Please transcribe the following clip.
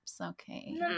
Okay